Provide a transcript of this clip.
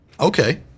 Okay